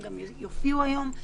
הם גם יופיעו היום,